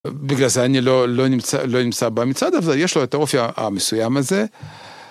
בגלל זה אני לא לא נמצא לא נמצא במצעד הזה יש לו את האופיה המסוים הזה.